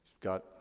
got